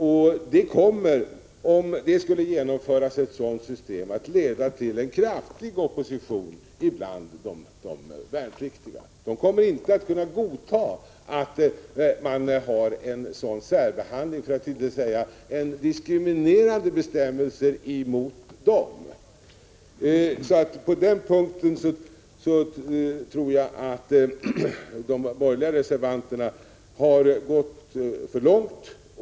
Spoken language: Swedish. Om ett sådant system skulle genomföras kommer det att leda till en kraftig opposition bland de värnpliktiga. De kommer inte att kunna godta en sådan särbehandling, för att inte säga diskriminering. På den punkten tror jag att de borgerliga reservanterna har gått för långt.